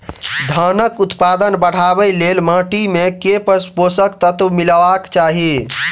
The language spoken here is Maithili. धानक उत्पादन बढ़ाबै लेल माटि मे केँ पोसक तत्व मिलेबाक चाहि?